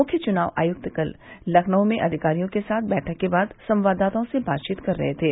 मुख्य चुनाव आयुक्त कल लखनऊ में अधिकारियों के साथ बैठक के बाद संवाददाताओं से बातचीत कर रहे थे